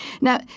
now